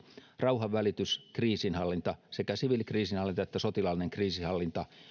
rauhanvälitys kriisinhallinta sekä siviilikriisinhallinta että sotilaallinen kriisinhallinta